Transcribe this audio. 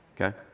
okay